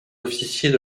officiers